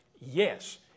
Yes